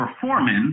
performance